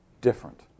different